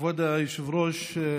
כבוד היושב-ראש,